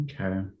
Okay